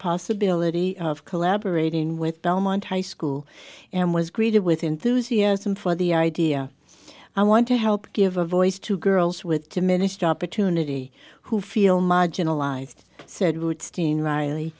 possibility of collaborating with belmont high school and was greeted with enthusiasm for the idea i want to help give a voice to girls with diminished opportunity who feel marginalized said would sting riley